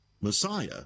Messiah